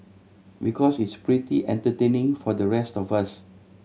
because it's pretty entertaining for the rest of us